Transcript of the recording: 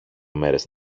μέρες